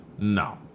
no